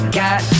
got